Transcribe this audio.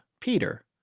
Peter